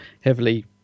heavily